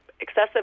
excessive